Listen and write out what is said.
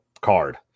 card